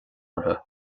orthu